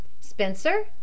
Spencer